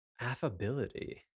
Affability